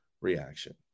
reaction